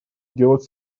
делать